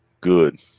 good